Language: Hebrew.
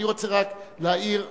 אני רוצה רק להעיר הערה,